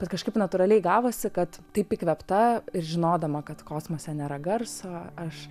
bet kažkaip natūraliai gavosi kad taip įkvėpta ir žinodama kad kosmose nėra garso aš